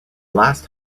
last